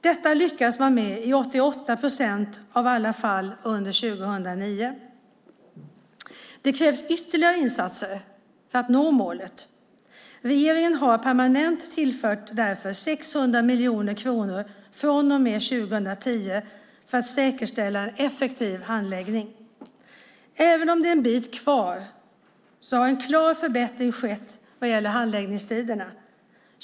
Detta lyckades man med i 88 procent av alla fall under 2009. Det krävs ytterligare insatser för att nå målet. Regeringen har därför permanent tillfört 600 miljoner kronor från och med 2010 för att säkerställa en effektiv handläggning. Även om det är en bit kvar har en klar förbättring skett vad gäller handläggningstiderna.